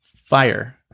Fire